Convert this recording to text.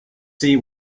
see